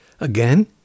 again